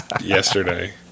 yesterday